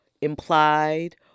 implied